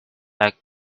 like